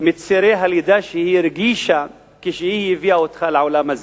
מצירי הלידה שהיא הרגישה כשהיא הביאה אותך לעולם הזה.